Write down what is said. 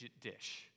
dish